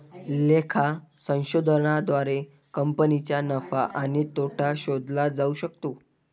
लेखा संशोधनाद्वारे कंपनीचा नफा आणि तोटा शोधला जाऊ शकतो